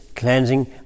cleansing